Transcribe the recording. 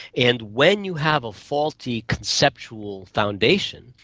and when you have a faulty conceptual foundation,